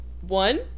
one